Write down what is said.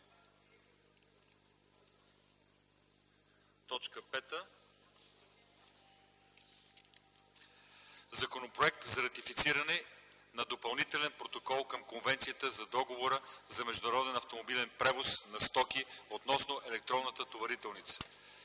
„ЗАКОН за ратифициране на Допълнителен протокол към Конвенцията за Договора за международен автомобилен превоз на стоки (CMR) относно електронната товарителница